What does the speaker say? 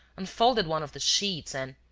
unfolded one of the sheets and,